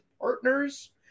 partners